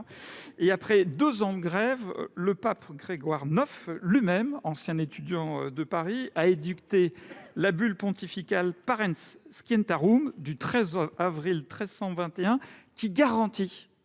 ... Après deux ans de grève, le pape Grégoire IX, lui-même ancien étudiant à Paris, a édicté la bulle pontificale du 13 avril 1231, qui garantit